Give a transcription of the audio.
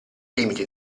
limiti